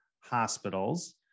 hospitals